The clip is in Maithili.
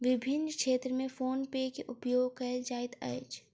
विभिन्न क्षेत्र में फ़ोन पे के उपयोग कयल जाइत अछि